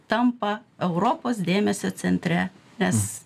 tampa europos dėmesio centre nes